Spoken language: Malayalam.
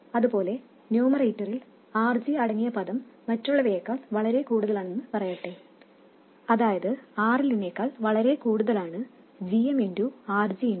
അതുപോലെ ന്യൂമറേറ്ററിൽ RG അടങ്ങിയ പദം മറ്റുള്ളവയേക്കാൾ വളരെ കൂടുതലാണെന്ന് പറയട്ടെ അതായത് RLനേക്കാൾ വളരെ കൂടുതലാണ് gm RGRL